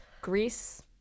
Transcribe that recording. Greece